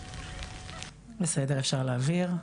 בסדר, אפשר להעביר.